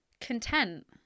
content